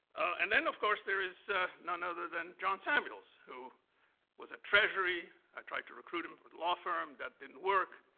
and then, of course, there is none other than john samuels, who was at treasury. i tried to recruit him for the law firm. that didn't work.